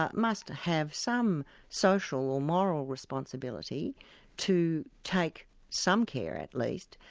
but must have some social or moral responsibility to take some care at least,